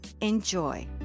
Enjoy